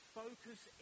focus